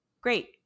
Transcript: great